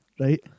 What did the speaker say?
Right